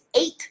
eight